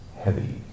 heavy